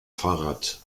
fahrrad